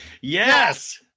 yes